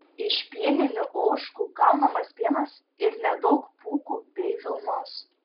iš pieninių ožkų gaunamas pienas ir nedaug pūkų bei vilnos